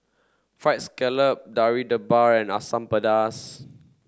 fried scallop Debal and Asam Pedas